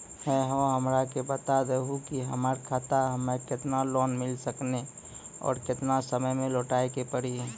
है हो हमरा के बता दहु की हमार खाता हम्मे केतना लोन मिल सकने और केतना समय मैं लौटाए के पड़ी?